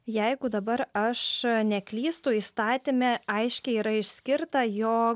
jeigu dabar aš neklystu įstatyme aiškiai yra išskirta jo